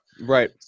Right